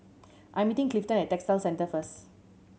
I am meeting Clifton at Textile Centre first